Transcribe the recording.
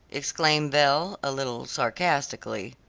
exclaimed belle, a little sarcastically.